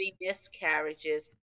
miscarriages